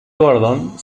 gordon